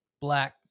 black